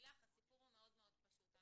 הסיפור הוא מאוד מאוד פשוט.